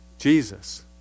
Jesus